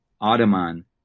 Ottoman